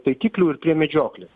taikiklių ir prie medžioklės